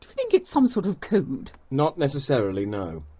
think it's some sort of code? not necessarily, no.